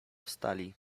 wstali